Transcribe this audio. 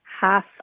half